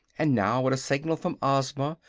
and now, at a signal from ozma,